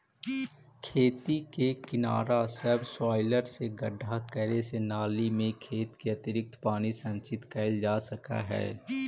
खेत के किनारा सबसॉइलर से गड्ढा करे से नालि में खेत के अतिरिक्त पानी संचित कइल जा सकऽ हई